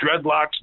dreadlocks